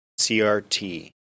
CRT